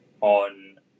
on